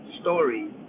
story